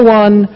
one